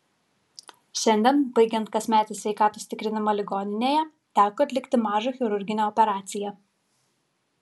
šiandien baigiant kasmetį sveikatos tikrinimą ligoninėje teko atlikti mažą chirurginę operaciją